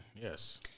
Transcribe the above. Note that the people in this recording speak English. Yes